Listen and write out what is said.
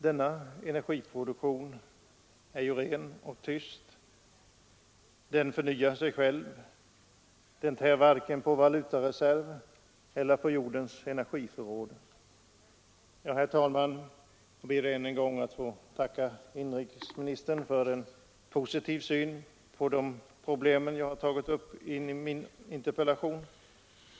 Denna energiproduktion är ren och tyst, den förnyar sig själv och tär varken på vår valutareserv eller på jordens energiförråd. Herr talman! Jag ber än en gång att få tacka industriministern för en positiv syn på det problem som jag tagit upp i min interpellation.